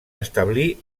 establir